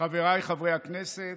חבריי חברי הכנסת.